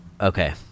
Okay